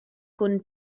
con